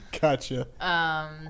Gotcha